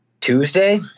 Tuesday